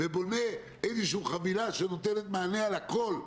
ובונה איזשהו חבילה שנותנת מענה על הכול,